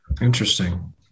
Interesting